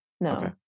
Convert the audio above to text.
no